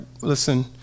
Listen